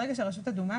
ברגע שרשות אדומה,